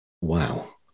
wow